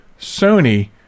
Sony